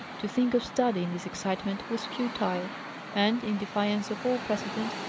to think of study, in this excitement, was futile and, in defiance of all precedent,